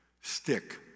stick